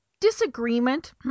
disagreement